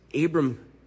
Abram